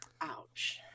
Ouch